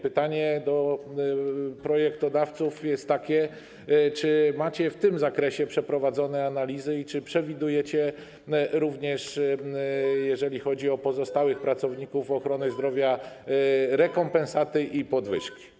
Pytanie do projektodawców jest takie: Czy macie w tym zakresie przeprowadzone analizy i czy przewidujecie, jeżeli chodzi również o pozostałych pracowników ochrony zdrowia, rekompensatę i podwyżki?